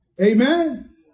Amen